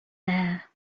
there